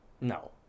No